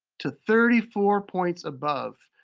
to thirty four points above.